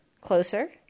Closer